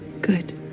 Good